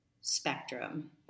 spectrum